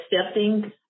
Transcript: accepting